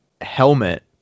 helmet